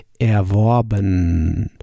Erworben